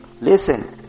Listen